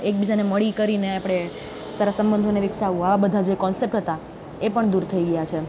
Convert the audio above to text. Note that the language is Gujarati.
એકબીજાને મળી કરીને આપણે સારા સંબંધોને વિકસાવવા આ બધા જે કોન્સેપ્ટ હતા એ પણ દૂર થઈ ગયા છે